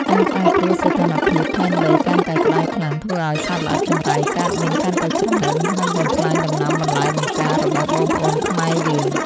ការប្រែប្រួលសីតុណ្ហភាពផែនដីកាន់តែក្តៅខ្លាំងធ្វើឱ្យសត្វល្អិតចង្រៃកើតមានកាន់តែច្រើន និងបំផ្លាញដំណាំបន្លែបង្ការរបស់បងប្អូនខ្មែរយើង។